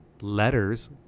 Letters